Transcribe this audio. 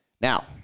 Now